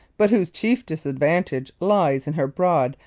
but whose chief disadvantage lies in her broad,